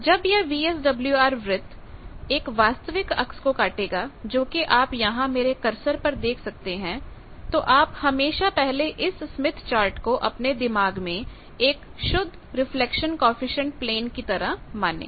तो जब यह वीएसडब्ल्यूआर वृत्त एक वास्तविक अक्स को काटेगा जो कि आप यहां मेरे करसर पर देख सकते हैं तो आप हमेशा पहले इस स्मिथ चार्ट को अपने दिमाग में एक शुद्ध रिफ्लेक्शन कॉएफिशिएंट प्लेन की तरह माने